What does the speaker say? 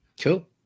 cool